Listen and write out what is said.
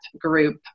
group